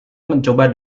mencoba